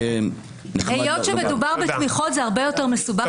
היות שמדובר בתמיכות זה הרבה יותר מסובך,